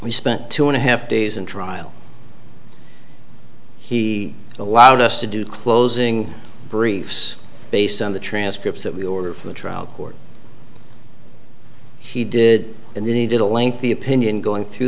we spent two and a half days in trial he allowed us to do closing briefs based on the transcripts that we order from the trial court he did and then he did a lengthy opinion going through